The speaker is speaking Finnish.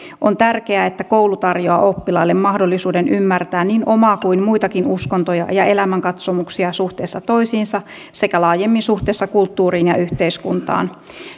on tärkeää että koulu tarjoaa oppilaille mahdollisuuden ymmärtää niin omaa kuin muitakin uskontoja ja elämänkatsomuksia suhteessa toisiinsa sekä laajemmin suhteessa kulttuuriin ja yhteiskuntaan